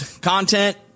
Content